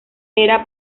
era